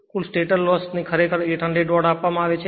કુલ stator ની loss ખરેખર 800 watt આપવામાં આવે છે